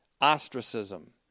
ostracism